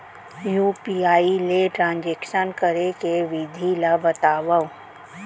UPI ले transaction करे के विधि ला बतावव?